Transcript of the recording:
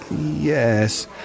Yes